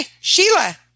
sheila